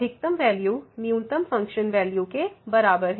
अधिकतम वैल्यू न्यूनतम function value के बराबर है